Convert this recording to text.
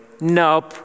nope